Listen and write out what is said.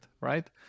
right